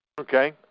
Okay